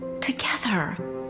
Together